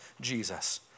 Jesus